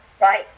right